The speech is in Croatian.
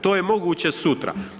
To je moguće sutra.